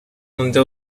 مونده